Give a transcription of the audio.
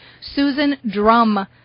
SusanDrum